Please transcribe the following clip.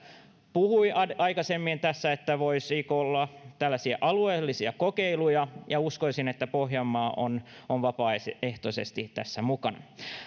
puhui tässä aikaisemmin että voisiko olla tällaisia alueellisia kokeiluja ja uskoisin että pohjanmaa on on vapaaehtoisesti tässä mukana